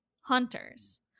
hunters